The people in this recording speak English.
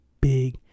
big